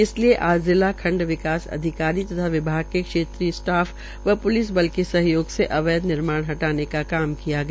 इसलिये आज जिला खंड विकास अधिकारी तथा विभाग के क्षेत्रीय स्टाफ व प्लिस बल के सहयोग से अवैध निर्माण हटाने का काम किया गया